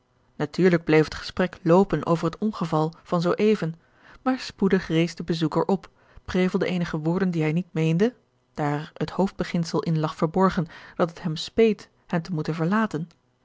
natuurlijk bleef het gesprek loopen over het ongeval van zoo even maar spoedig rees de bezoeker op prevelde eenige woorden die hij niet meende daar er het hoofdbeginsel in lag verborgen dat het hem speet hen te moeten verlaten